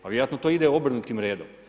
Pa vjerojatno to ide obrnutim redom.